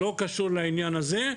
זה לא קשור לעניין הזה.